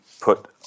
put